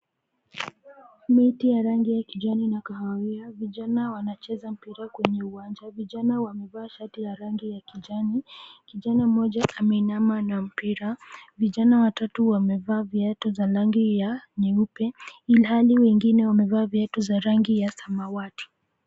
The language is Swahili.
Miti ya rangi ya kijani na kahawia. Vijana wanacheza mpira kwenye uwanja. Vijana wamevaa shati ya rangi ya kijani. Kijana mmoja ameinama na mpira. Vijana watatu wamevaa viatu za rangi ya nyeupe ilhali wengine wamevaa viatu za rangi ya samawati.